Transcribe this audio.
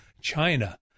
China